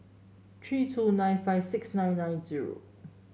three two nine five six nine nine zero